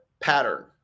pattern